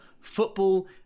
football